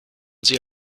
sie